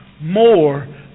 more